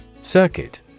Circuit